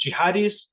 Jihadis